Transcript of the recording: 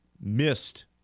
missed